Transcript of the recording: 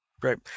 Great